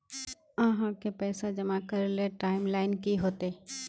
आहाँ के पैसा जमा करे ले टाइम लाइन की होते?